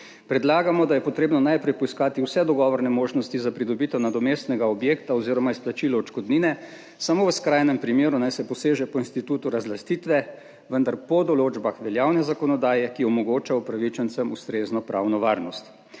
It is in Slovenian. Predlagamo, da je potrebno najprej poiskati vse dogovorne možnosti za pridobitev nadomestnega objekta oziroma izplačilo odškodnine. Samo v skrajnem primeru naj se poseže po institutu razlastitve, vendar po določbah veljavne zakonodaje, ki omogoča upravičencem ustrezno pravno varnost.